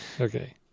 Okay